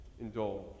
indulge